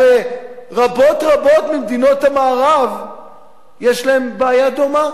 הרי רבות רבות ממדינות המערב יש להן בעיה דומה,